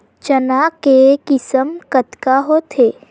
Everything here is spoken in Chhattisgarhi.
चना के किसम कतका होथे?